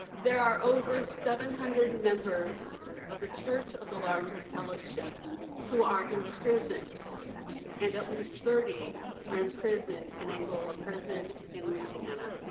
there are over seven hundred and members of the church of the larger fellowship who are imprisoned and at least thirty are imprisoned in afternoon angola prison in louisiana,